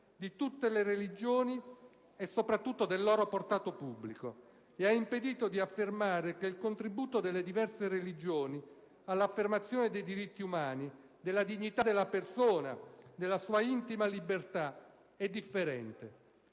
di tutte le religioni e soprattutto del loro portato pubblico e ha impedito di affermare che il contributo delle diverse religioni all'affermazione dei diritti umani, della dignità della persona e della sua intima libertà è differente.